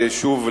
שוב,